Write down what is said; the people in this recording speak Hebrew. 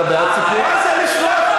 אתה יודע מה זה אפרטהייד?